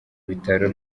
bitaro